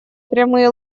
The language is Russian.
прямые